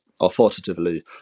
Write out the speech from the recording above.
authoritatively